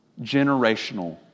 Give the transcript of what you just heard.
Generational